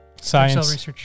Science